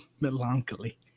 Melancholy